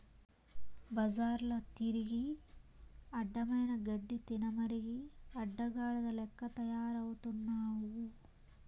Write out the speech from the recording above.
బజార్ల తిరిగి అడ్డమైన గడ్డి తినమరిగి అడ్డగాడిద లెక్క తయారవుతున్నావు